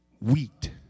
wheat